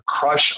crush